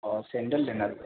او sandal لینا تھا